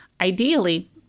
ideally